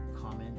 comment